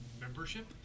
Membership